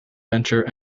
venture